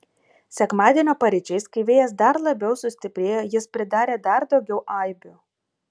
sekmadienio paryčiais kai vėjas dar labiau sustiprėjo jis pridarė dar daugiau aibių